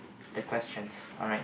ten questions alright